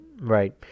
Right